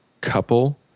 couple